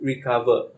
Recover